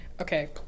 Okay